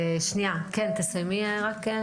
שנייה, כן, תסיימי רק.